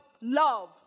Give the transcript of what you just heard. love